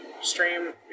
stream